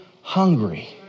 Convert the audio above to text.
hungry